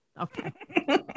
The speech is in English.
Okay